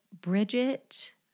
Bridget